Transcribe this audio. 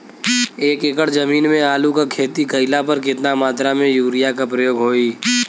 एक एकड़ जमीन में आलू क खेती कइला पर कितना मात्रा में यूरिया क प्रयोग होई?